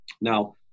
Now